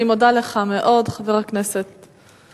אני מודה לך מאוד, חבר הכנסת צרצור.